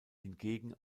hingegen